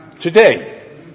today